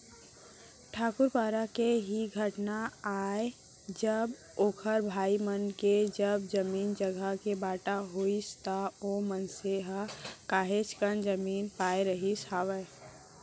ठाकूर पारा के ही घटना आय जब ओखर भाई मन के जब जमीन जघा के बाँटा होइस त ओ मनसे ह काहेच कन जमीन पाय रहिस हावय